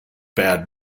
bad